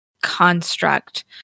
construct